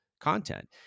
content